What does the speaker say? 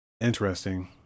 Interesting